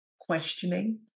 questioning